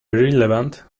relevant